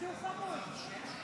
סעיף 6, כהצעת הוועדה, נתקבל.